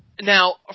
Now